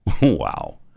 Wow